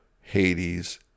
Hades